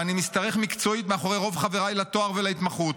ואני משתרך מקצועית מאחורי רוב חבריי לתואר ולהתמחות,